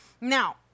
now